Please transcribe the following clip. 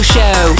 Show